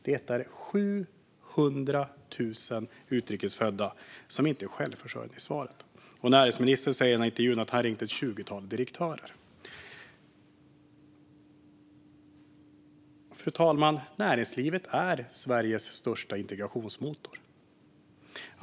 Det är 700 000 utrikesfödda som inte är självförsörjande i Sverige, fru talman - och näringsministern säger i intervjun att han har ringt ett tjugotal direktörer. Fru talman! Näringslivet är Sveriges största integrationsmotor.